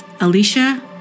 Alicia